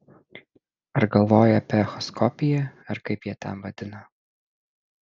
ar galvojai apie echoskopiją ar kaip jie ten vadina